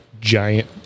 giant